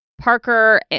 parker